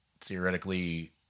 theoretically